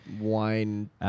wine